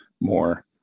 more